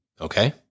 Okay